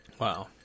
Wow